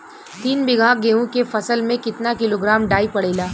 तीन बिघा गेहूँ के फसल मे कितना किलोग्राम डाई पड़ेला?